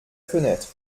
fenêtre